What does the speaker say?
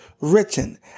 written